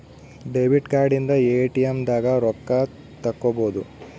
debit card ಇಂದ ATM ದಾಗ ರೊಕ್ಕ ತೆಕ್ಕೊಬೋದು